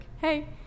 hey